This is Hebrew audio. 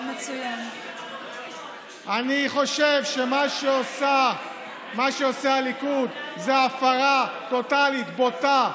אני חושב שמה שעושה הליכוד זה הפרה טוטלית, בוטה,